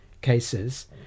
cases